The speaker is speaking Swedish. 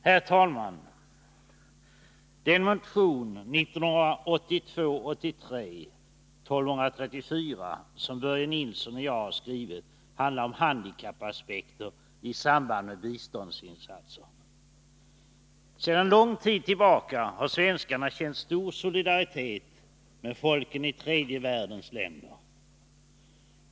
Herr talman! Den motion, 1982/83:1234, som Börje Nilsson och jag har skrivit handlar om handikappaspekter i samband med biståndsinsatser. Sedan lång tid tillbaka har svenskarna känt stor solidaritet med folken i tredje världens länder.